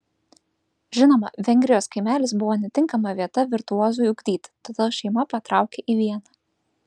žinoma vengrijos kaimelis buvo netinkama vieta virtuozui ugdyti todėl šeima patraukė į vieną